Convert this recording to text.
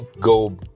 go